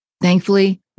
Thankfully